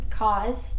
cause